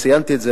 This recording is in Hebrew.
ציינתי את זה,